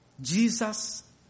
Jesus